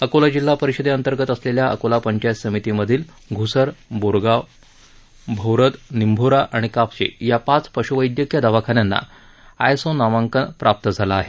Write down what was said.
अकोला जिल्हा परिषदे अंतर्गत असलेल्या अकोला पंचायत समितीमधील घुसर बोरगाव मंजू भौरद निंभोरा आणि कापशी या पाच पशुवैदयकीय दवाखान्यांना आयएसओ मानांकन प्राप्त झालं आहे